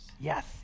Yes